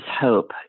hope